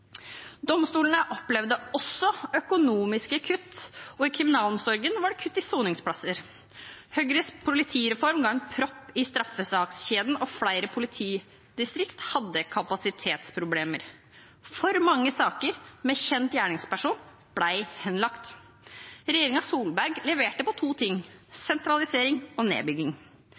Domstolene opplevde også økonomiske kutt, og i kriminalomsorgen var det kutt i soningsplasser. Høyres politireform ga en propp i straffesakskjeden, og flere politidistrikt hadde kapasitetsproblemer. Mange saker med kjent gjerningsperson ble henlagt. Regjeringen Solberg leverte på to ting: sentralisering og nedbygging.